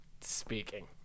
speaking